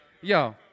Yo